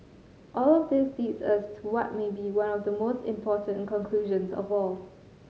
all of this leads us to what may be one of the most important conclusions of all